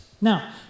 Now